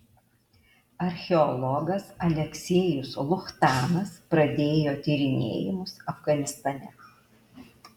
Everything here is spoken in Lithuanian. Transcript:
archeologas aleksiejus luchtanas pradėjo tyrinėjimus afganistane